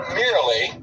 merely